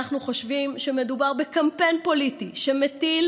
אנחנו חושבים שמדובר בקמפיין פוליטי שמטיל